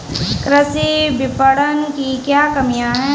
कृषि विपणन की क्या कमियाँ हैं?